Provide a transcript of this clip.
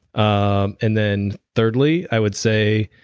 um and then thirdly i would say,